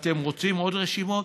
אתם רוצים עוד רשימות?